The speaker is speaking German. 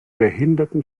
behinderten